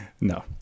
No